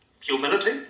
humility